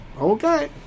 okay